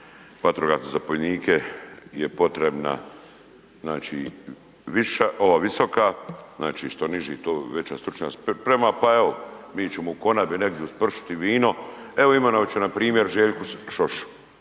vatrogasne zapovjednike je potrebna znači viša ova visoka, znači što niži to veća stručna sprema, pa evo mi ćemo u konabi negdje uz pršut i vino, evo imenovat ćemo npr. Željku Šošu,